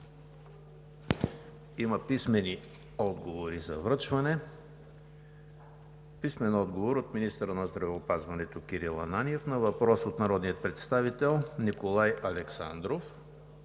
Има писмени отговори за връчване от: - министъра на здравеопазването Кирил Ананиев на въпрос от народния представител Николай Александров;